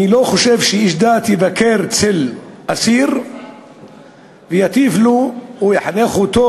אני לא חושב שאיש דת יבקר אצל אסיר ויטיף לו או יחנך אותו,